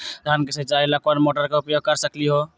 धान के सिचाई ला कोंन मोटर के उपयोग कर सकली ह?